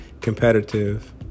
competitive